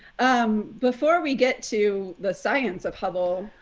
um before we get to the science of hubble,